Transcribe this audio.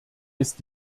ist